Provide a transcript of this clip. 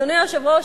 אדוני היושב-ראש,